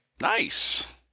Nice